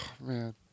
man